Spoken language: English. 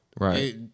Right